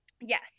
Yes